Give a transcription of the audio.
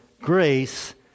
grace